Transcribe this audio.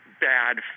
bad